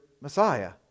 Messiah